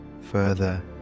further